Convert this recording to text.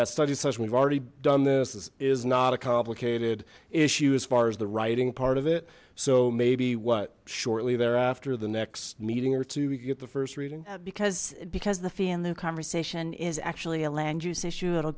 that study session we've already done this is not a complicated issue as far as the writing part of it so maybe what shortly thereafter the next meeting or to get the first reading because because the fee in lieu conversation is actually a land use issue it'll